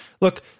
look